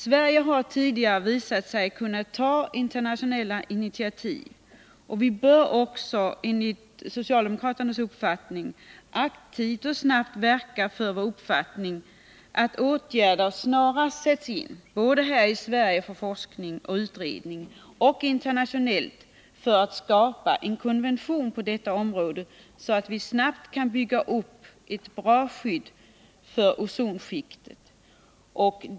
Sverige har tidigare visat sig kunna ta internationella initiativ, och enligt socialdemokraternas uppfattning bör Sverige också aktivt och snabbt verka för vår uppfattning att åtgärder snarast bör sättas in på forskning och utredning, både här i Sverige och utomlands, för att skapa en konvention på detta område, så att vi snart kan bygga upp ett bra skydd för ozonskiktet.